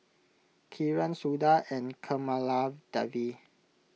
Kiran Suda and Kamaladevi